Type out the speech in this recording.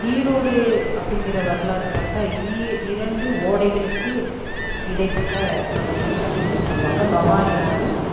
ஈரோடு அப்படிங்கிற வரலாறு பார்த்தா ஈ இரண்டு ஓடைகளுக்கு இடைப்பட்ட பகுதி அப்படிங்கிறது சொல்லுவாங்க பவானி ஆறு